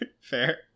fair